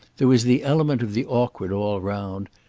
there was the element of the awkward all round,